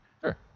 Sure